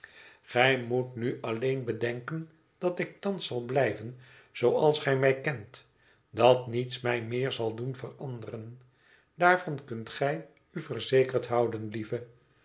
gij moet nu alleen bedenken dat ik thans zal blijven zooals gij mij kent dat niets mij meer zal doen veranderen daarvan kunt gij u verzekerd houden lieve